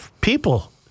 People